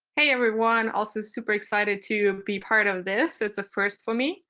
hey, everyone. also super excited to be part of this. it's a first for me.